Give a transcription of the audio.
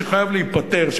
שחייב להיפתר,